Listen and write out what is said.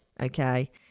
Okay